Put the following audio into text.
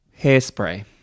Hairspray